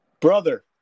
Brother